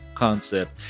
Concept